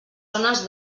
zones